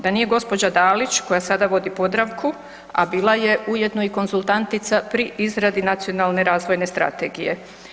Da nije gđa. Dalić koja sada vodi Podravku a bila je ujedno i konzultantica pri izradi Nacionalne razvoje strategije?